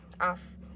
off